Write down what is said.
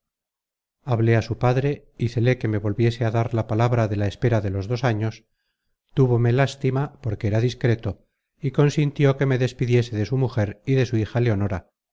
hablé á su padre hícele que me volviese á dar la palabra de la espera de los dos años túvome lástima porque era discreto y consintió que me despidiese de su mujer y de su hija leonora